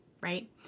right